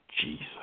Jesus